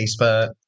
Facebook